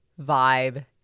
vibe